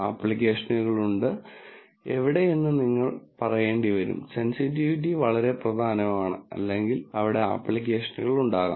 ആപ്ലിക്കേഷനുകൾ ഉണ്ട് എവിടെ എന്ന നിങ്ങൾ പറയേണ്ടി വരും സെൻസിറ്റിവിറ്റി വളരെ പ്രധാനമാണ് അല്ലെങ്കിൽ അവിടെ ആപ്പ്ളിക്കേഷനുകൾ ഉണ്ടാകാം